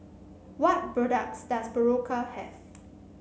what products does Berocca have